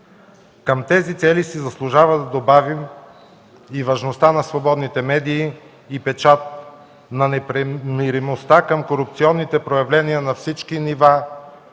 Към тези цели си заслужава да добавим и важността на свободните медии и печат, на непримиримостта към корупционните проявления на всички нива,